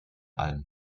alm